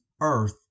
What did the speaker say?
earth